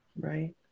Right